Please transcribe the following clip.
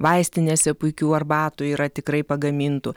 vaistinėse puikių arbatų yra tikrai pagamintų